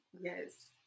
Yes